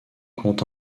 compte